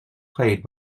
played